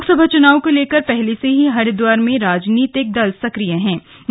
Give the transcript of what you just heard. लोकसभा चुनाव को लेकर पहले से ही हरिद्वार में राजनीतिक दल सक्रिय हो गए थे